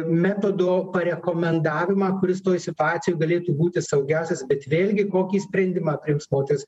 metodo rekomendavimą kuris toj situacijoj galėtų būti saugiausias bet vėlgi kokį sprendimą priims moteris